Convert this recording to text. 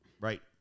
Right